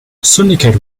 syndicate